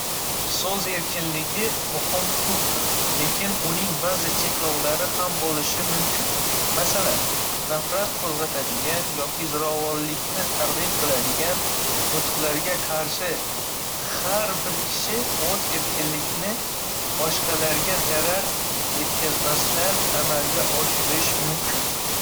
﻿Soʻz erkinligi muhim huquqdir, lekin uning baʼzi cheklovlari ham bo'lishi mumkin. Masalan, nafrat qo'zg'atadigan yoki zirovonlikni targ'ib qiladigan nutqlarga qarshi har bir kishi o'z erkinlikni boshqalarga zarar yetkazmasdan amalga oshirish mumkin.